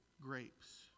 grapes